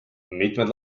mitmed